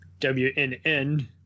WNN